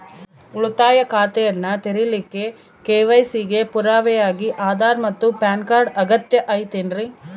ಉಳಿತಾಯ ಖಾತೆಯನ್ನ ತೆರಿಲಿಕ್ಕೆ ಕೆ.ವೈ.ಸಿ ಗೆ ಪುರಾವೆಯಾಗಿ ಆಧಾರ್ ಮತ್ತು ಪ್ಯಾನ್ ಕಾರ್ಡ್ ಅಗತ್ಯ ಐತೇನ್ರಿ?